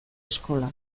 eskola